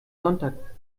sonntag